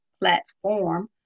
platform